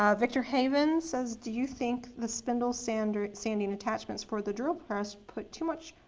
um victor haven says, do you think the spindle sanding sanding attachments for the drill press put too much